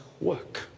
work